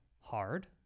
hard